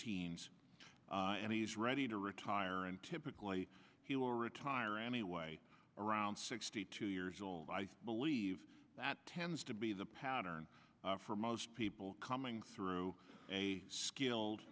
teens and he's ready to retire and typically he will retire anyway around sixty two years old i believe that tends to be the pattern for most people coming through a skilled